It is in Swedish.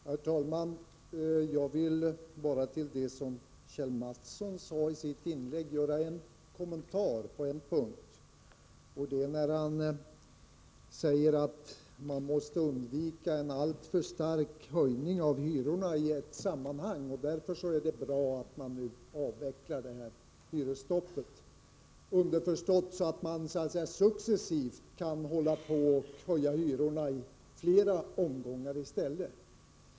Herr talman! Jag vill kommentera det som Kjell Mattsson yttrade i sitt inlägg bara på en punkt, nämligen när han sade att man måste undvika en alltför kraftig höjning av hyrorna i ett sammanhang och att det därför är bra om man nu avvecklar hyresstoppet. Underförstått skulle man kunna hålla på och successivt höja hyrorna i flera omgångar i stället.